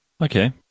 Okay